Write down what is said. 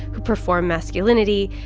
who perform masculini